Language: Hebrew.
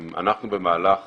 במהלך